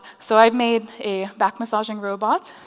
so i've made a back-massaging robot